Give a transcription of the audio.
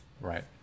Right